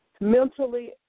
mentally